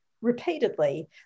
repeatedly